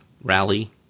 rally